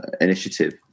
initiative